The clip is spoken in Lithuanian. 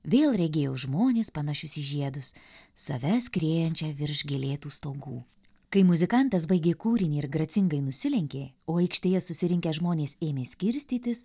vėl regėjo žmones panašius į žiedus save skriejančią virš gėlėtų stogų kai muzikantas baigė kūrinį ir gracingai nusilenkė o aikštėje susirinkę žmonės ėmė skirstytis